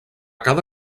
cada